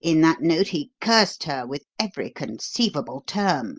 in that note he cursed her with every conceivable term